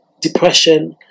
depression